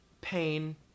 pain